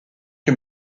que